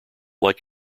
like